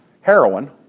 Heroin